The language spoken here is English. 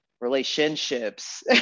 relationships